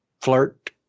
flirt